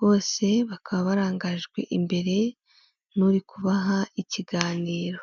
Bose bakaba barangajwe imbere n'uri kubaha ikiganiro.